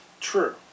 true